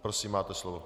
Prosím, máte slovo.